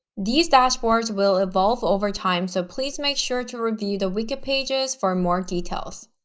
these dashboards will evolve over time so please make sure to review the wiki pages for more details.